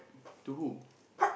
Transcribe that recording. to who